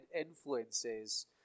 influences